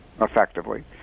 effectively